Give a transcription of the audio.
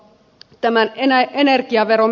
tämä nenä energiaveron